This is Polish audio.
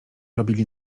robili